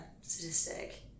statistic